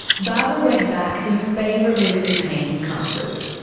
barbara went back to her favourite weekly painting classes.